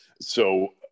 So-